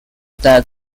that